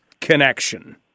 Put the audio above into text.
connection